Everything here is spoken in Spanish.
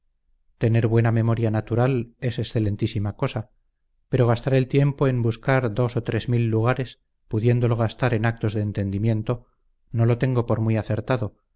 tener buena memoria natural es excelentísima cosa pero gastar el tiempo en buscar dos o tres mil lugares pudiéndolo gastar en actos de entendimiento no lo tengo por muy acertado